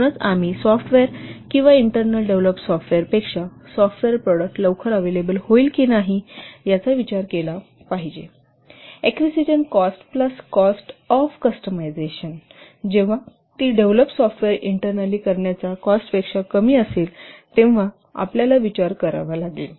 म्हणूनच आम्ही सॉफ्टवेअर किंवा इंटर्नल डेव्हलोप सॉफ्टवेअर पेक्षा सॉफ्टवेअर प्रॉडक्ट लवकर अव्हेलेबल होईल की नाही याचा विचार केला पाहिजे acquisition cost plus cost of customization जेव्हा ती डेव्हलोप सॉफ्टवेअर इंटर्नॅल कॉस्टपेक्षा कमी असेल तेव्हा आपल्याला विचार करावा लागेल